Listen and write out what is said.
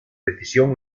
decisión